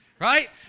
right